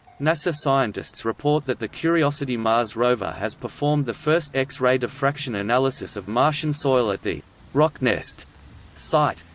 nasa scientists report that the curiosity mars rover has performed the first x-ray diffraction analysis of martian soil at the rocknest site.